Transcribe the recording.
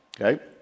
okay